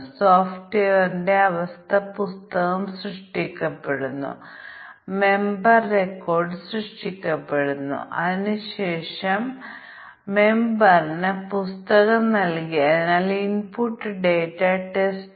ഉദാഹരണത്തിന് നമുക്ക് മൈനസ് 3 മുതൽ 10 വരെയുള്ള ശ്രേണി മൈനസ് 3 മുതൽ 10 വരെയുള്ള ശ്രേണി തുല്യത ആണെങ്കിൽ ഈ ശ്രേണി സൂചിപ്പിക്കുന്ന തുല്യതാ ക്ലാസാണ് അപ്പോൾ നമ്മൾ മൈനസ് 3 ഉൾപ്പെടുത്തണം 10 എണ്ണം ഉൾപ്പെടുത്തണം ഈ തുല്യതാ ക്ലാസിന്റെ അതിരുകൾ